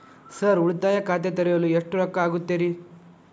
Sir ಉಳಿತಾಯ ಖಾತೆ ತೆರೆಯಲು ಎಷ್ಟು ರೊಕ್ಕಾ ಆಗುತ್ತೇರಿ?